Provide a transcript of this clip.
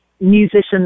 musicians